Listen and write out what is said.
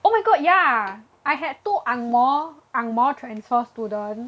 oh my god ya I had two ang mo ang mo transfer student